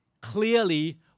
clearly